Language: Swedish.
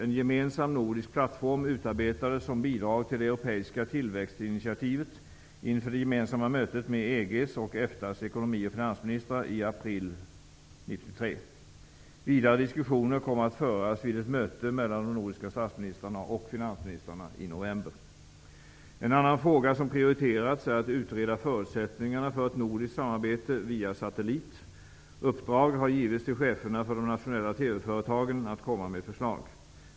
En gemensam nordisk plattform utarbetades som bidrag till det europeiska tillväxtinitiativet inför det gemensamma mötet med EG:s och EFTA:s ekonomioch finansministrar i april 1993. Vidare diskussioner kommer att föras vid ett möte mellan de nordiska statsministrarna och finansministrarna i november. En annan fråga som prioriterats är att utreda förutsättningarna för ett nordiskt TV-samarbete via satellit. Uppdrag har givits till cheferna för de nationella TV-företagen att komma med förslag.